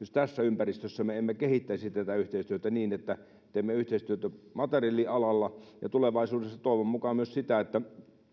jos tässä ympäristössä me emme kehittäisi tätä yhteistyötä niin että teemme yhteistyötä materiaalialalla tulevaisuudessa toivon mukaan myös